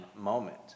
moment